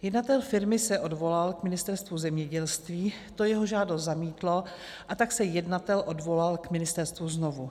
Jednatel firmy se odvolal k Ministerstvu zemědělství, to jeho žádost zamítlo, a tak se jednatel odvolal k ministerstvu znovu.